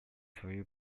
свою